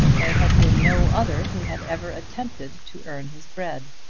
there had been no other who had ever attempted to earn his bread.